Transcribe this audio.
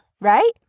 Right